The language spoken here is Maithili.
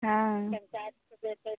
हँ